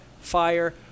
fire